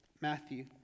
Matthew